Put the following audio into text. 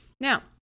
now